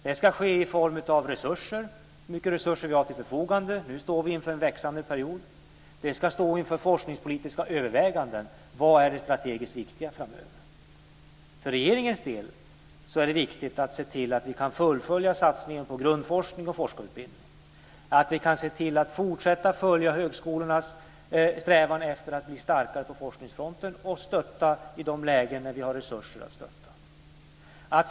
Det ska gälla resurser, hur mycket resurser vi har till vårt förfogande. Nu står vi inför en växande period. Det ska ställas inför forskningspolitiska överväganden; vad är det strategiskt viktiga framöver? För regeringens del är det viktigt att se till att vi kan fullfölja satsningen på grundforskning och forskarutbildning. Det är viktigt att vi kan fortsätta följa högskolornas strävan att bli starkare på forskningsfronten och stötta i de lägen där vi har resurser att göra det.